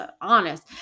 honest